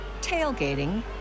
tailgating